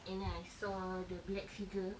and then I saw the black figure